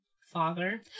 father